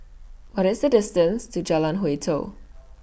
What IS The distance to Jalan Hwi Tow